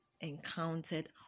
encountered